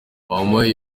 wampaye